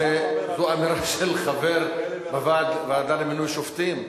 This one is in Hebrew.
זו אמירה של חבר בוועדה למינוי שופטים.